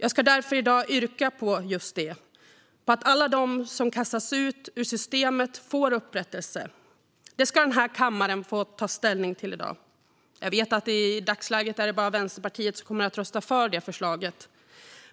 Jag kommer därför i dag att yrka på just detta - att alla de som kastats ut ur systemet får upprättelse. Det ska den här kammaren få ta ställning till i dag. Jag vet att det i dagsläget bara är Vänsterpartiet som kommer att rösta för förslaget.